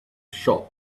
shop